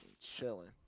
chilling